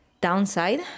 downside